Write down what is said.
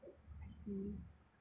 I see